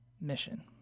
mission